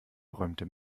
räumte